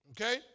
Okay